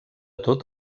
tot